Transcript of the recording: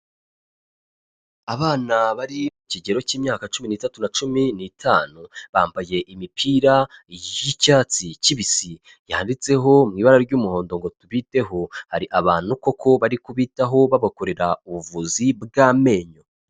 Abana bari mu kigero k'imyaka cumi n'itatu na cumi n'itanu, bambaye imipira y'icyatsi kibisi yanditseho mu ibara ry'umuhondo ngo tubiteho, hari abantu koko bari kubitaho babakorera ubuvuzi bw'amenyo.